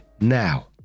now